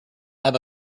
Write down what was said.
have